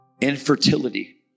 infertility